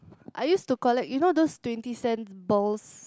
I used to collect you know those twenty cent balls